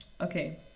okay